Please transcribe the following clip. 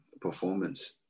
performance